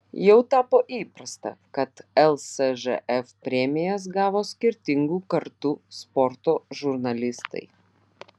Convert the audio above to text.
jau tapo įprasta kad lsžf premijas gavo skirtingų kartų sporto žurnalistai